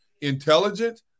intelligent